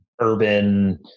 urban